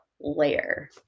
layer